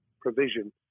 provision